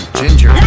ginger